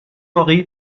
واقعی